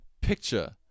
Picture